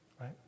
right